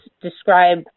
describe